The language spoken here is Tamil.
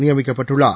நியமிக்கப்பட்டுள்ளார்